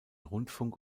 rundfunk